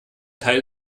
teil